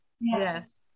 Yes